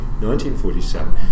1947